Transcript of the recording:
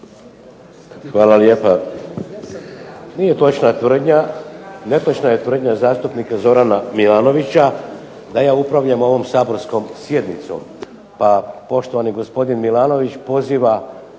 Hvala lijepa. Nije točna tvrdnja, netočna je tvrdnja zastupnika Zorana Milanovića da ja upravljam ovom saborskom sjednicom. Pa poštovani gospodin Milanović poziva